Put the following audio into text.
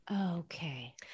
Okay